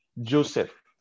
Joseph